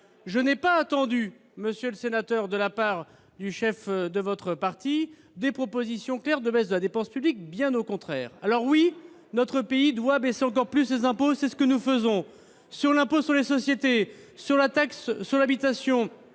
Je n'ai pas entendu, de la part du chef de votre parti, des propositions claires de baisse de la dépense publique, bien au contraire ! Alors, oui, notre pays doit baisser encore plus ses impôts, et c'est ce que nous faisons sur l'impôt sur les sociétés, sur la taxe d'habitation,